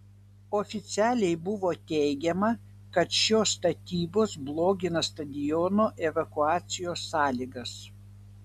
oficialiai buvo teigiama kad šios statybos blogina stadiono evakuacijos sąlygas